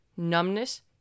Numbness